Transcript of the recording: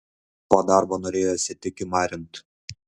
po darbo norėjosi tik kimarint